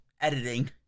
editing